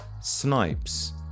SNIPES